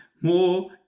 More